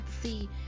see